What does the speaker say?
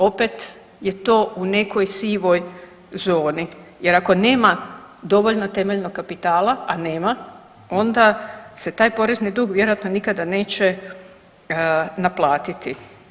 Opet je to u nekoj sivoj zoni jer ako nema dovoljno temeljnog kapitala, a nema, onda se taj porezni dug vjerojatno nikada neće naplatiti.